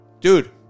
Dude